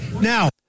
Now